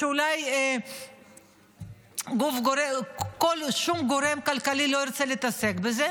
שאולי שום גורם כלכלי לא ירצה להתעסק בזה,